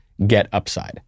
GetUpside